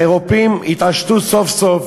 האירופים התעשתו סוף-סוף